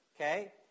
okay